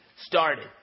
started